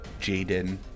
Jaden